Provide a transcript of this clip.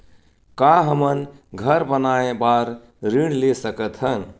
का हमन घर बनाए बार ऋण ले सकत हन?